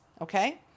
Okay